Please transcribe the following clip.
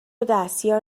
دستیار